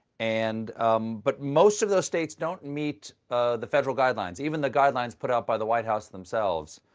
and but most of those states don't meet the federal guidelines, even the guidelines put out by the white house themselves.